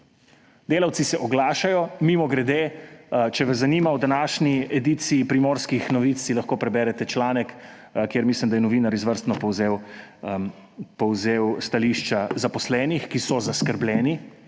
Delavci se oglašajo, mimogrede, če vas zanima, v današnji ediciji Primorskih novic si lahko preberete članek, kjer mislim, da je novinar izvrstno povzel stališča zaposlenih, ki so zaskrbljeni